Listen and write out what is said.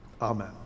amen